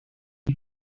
him